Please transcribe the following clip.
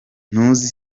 ntuzi